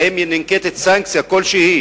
האם ננקטת סנקציה כלשהי